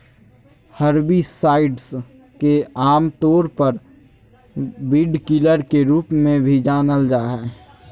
herbicides के आमतौर पर वीडकिलर के रूप में भी जानल जा हइ